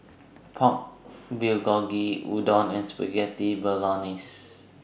Pork Bulgogi Udon and Spaghetti Bolognese